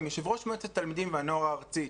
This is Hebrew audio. עם יו"ר מועצת התלמידים והנוער הארצית,